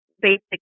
basic